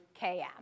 Km